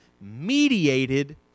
mediated